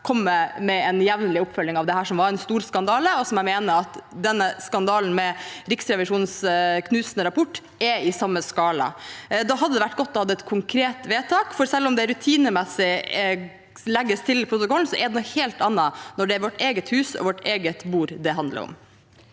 komme med en jevnlig oppfølging av det som var en stor skandale, og jeg mener at skandalen med Riksrevisjonens knusende rapport er i samme skala. Da hadde det vært godt å ha et konkret vedtak, for selv om det rutinemessig vedlegges protokollen, er det noe helt annet når det er vårt eget hus og vårt eget bord det handler om.